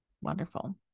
wonderful